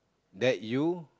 that you